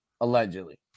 allegedly